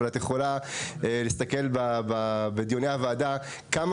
אבל את יכולה להסתכל בדיוני הוועדה ולראות כמה